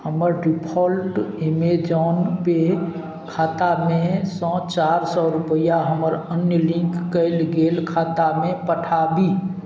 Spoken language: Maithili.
हमर डिफाॅल्ट ऐमेजॉन पे खातामे सँ चार सओ रुपैआ हमर अन्य लिंक कयल गेल खातामे पठाबी